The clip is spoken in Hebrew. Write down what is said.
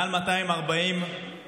מעל 240 חטופים,